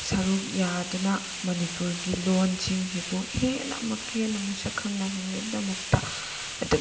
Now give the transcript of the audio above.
ꯁꯔꯨꯛ ꯌꯥꯗꯨꯅ ꯃꯅꯤꯄꯨꯔꯒꯤ ꯂꯣꯟꯁꯤꯡꯁꯤꯕꯨ ꯍꯦꯟꯅ ꯑꯃꯨꯛꯀ ꯍꯦꯟꯅ ꯃꯁꯛ ꯈꯪꯅꯕꯒꯤꯗꯃꯛꯇ